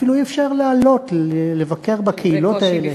אפילו אי-אפשר לעלות לבקר בקהילות האלה.